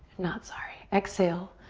not sorry. exhale,